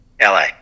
la